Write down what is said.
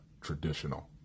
traditional